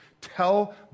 Tell